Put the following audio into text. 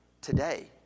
today